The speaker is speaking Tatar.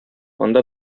анда